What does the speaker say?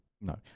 No